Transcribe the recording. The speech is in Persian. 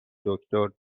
دکتر